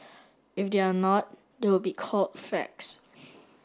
if they are not they would not be called facts